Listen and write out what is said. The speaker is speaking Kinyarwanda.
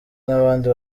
n’abandi